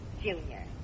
Junior